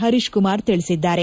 ಪರೀಶ್ಕುಮಾರ್ ತಿಳಿಸಿದ್ದಾರೆ